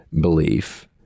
belief